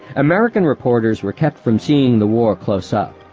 american reporters were kept from seeing the war close-up,